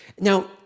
Now